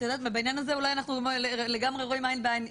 בעניין הזה אולי אנחנו לגמרי רואים עין בעין.